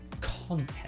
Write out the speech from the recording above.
Content